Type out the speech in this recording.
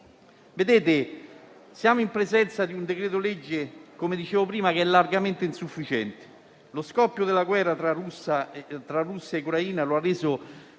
Paese. Siamo in presenza di un decreto-legge che è largamente insufficiente. Lo scoppio della guerra tra Russia e Ucraina lo ha reso